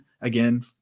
again